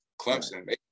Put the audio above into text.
Clemson